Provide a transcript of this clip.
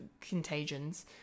contagions